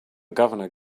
governor